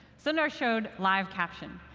sundar showed live caption.